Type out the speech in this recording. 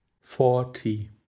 forty